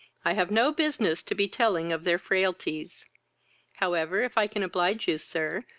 i have no business to be telling of their frailties however, if i can oblige you, sir,